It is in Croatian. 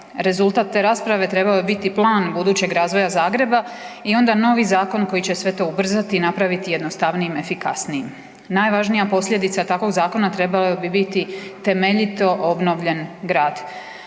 Rezultat te rasprave trebao je biti plan budućeg razvoja Zagreba i onda novi Zakon koji će sve to ubrzati, napraviti jednostavnijim, efikasnijim. Najvažnija posljedica takvog Zakona trebala bi biti temeljito obnovljen Grad,